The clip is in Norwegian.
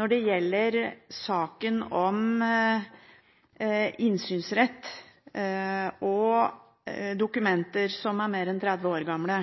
når det gjelder saken om innsynsrett og dokumenter som er mer enn 30 år gamle.